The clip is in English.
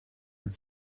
and